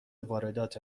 واردات